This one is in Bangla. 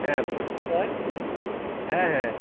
হ্যাঁ পরিষ্কার হ্যাঁ হ্যাঁ